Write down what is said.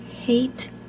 hate